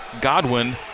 Godwin